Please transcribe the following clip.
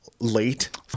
late